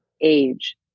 age